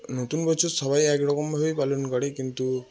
নতুন বছর সবাই একরকমভাবেই পালন করে কিন্তু